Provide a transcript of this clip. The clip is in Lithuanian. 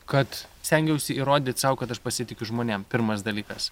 kad stengiausi įrodyt sau kad aš pasitikiu žmonėm pirmas dalykas